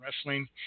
wrestling